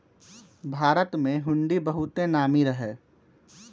भारत में हुंडी बहुते नामी रहै